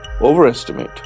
overestimate